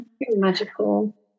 magical